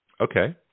Okay